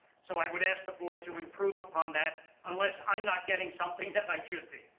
so, i would ask the board to improve upon that unless i'm not getting something that i should be.